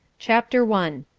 chapter one.